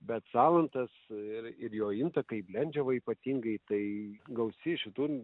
bet salantas ir ir jo intakai blendžiava ypatingai tai gausi iš kitur